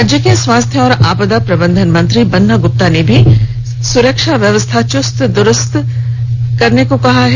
राज्य के स्वास्थ्य और आपदा प्रबंधन मंत्री बन्ना गुप्ता ने में सुरक्षा व्यवस्था चुस्त दुरूस्त होनी चाहिए